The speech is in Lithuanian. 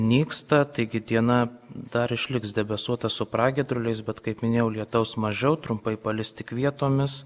nyksta taigi diena dar išliks debesuota su pragiedruliais bet kaip minėjau lietaus mažiau trumpai palis tik vietomis